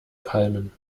palmen